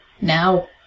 Now